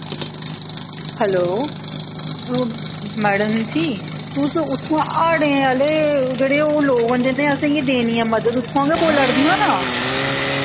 hello madam ji तुस उत्थुआं हाड़ें आह्ले जेह्ड़े ओह् लोग न जि'नें असें गी देनी ऐ मदद उत्थुआं के बोला'रदियां ना